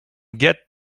get